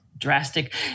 Drastic